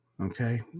Okay